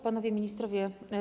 Panowie Ministrowie!